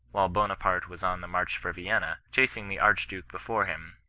while bonaparte was on the march for vienna, chasing the archduke before him,